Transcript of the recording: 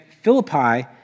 Philippi